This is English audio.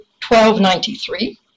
1293